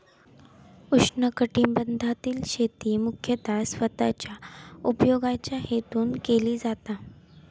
उष्णकटिबंधातील शेती मुख्यतः स्वतःच्या उपयोगाच्या हेतून केली जाता